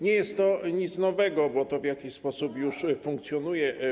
Nie jest to nic nowego, bo to w jakiś sposób już funkcjonuje.